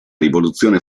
rivoluzione